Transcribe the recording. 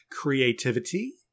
Creativity